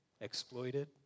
exploited